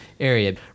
area